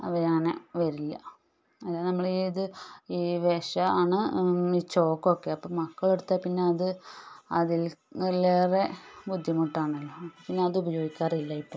അവയങ്ങനെ വരില്ല അല്ലാതെ നമ്മൾ ഇത് ഈ വിഷമാണ് ഈ ചോക്കൊക്കെ അപ്പം മക്കളെടുത്താൽ പിന്നത് അതിലേറെ ബുദ്ധിമുട്ടാണല്ലോ പിന്നെ അതുപയോഗിക്കാറില്ല ഇപ്പോൾ